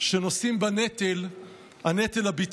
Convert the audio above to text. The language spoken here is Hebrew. התקבלה בקריאה הטרומית